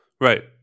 Right